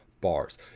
bars